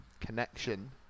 connection